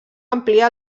ampliar